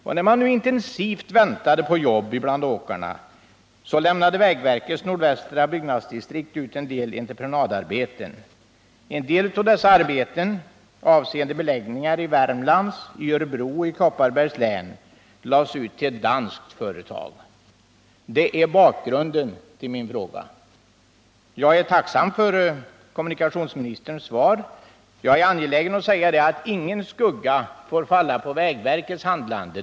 När man nu intensivt väntade på jobb bland åkarna så lämnade vägverkets nordvästra byggnadsdistrikt ut en del entreprenadarbeten, och en del av dessa, avseende beläggningar i Värmlands, Örebro och Kopparbergs län, lades ut till ett danskt företag. Det är bakgrunden till min fråga. Jag är tacksam för kommunikationsministerns svar och är angelägen att säga att ingen skugga får falla på vägverkets handlande.